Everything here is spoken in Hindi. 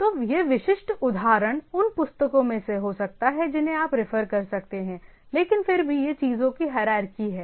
तो यह विशिष्ट उदाहरण संदर्भ समय 0534 उन पुस्तकों से हो सकता है जिन्हें आप रिफर कर सकते हैं लेकिन फिर भी यह चीजों की हायरारकी है